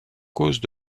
causes